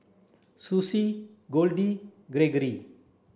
Susie Goldie Greggory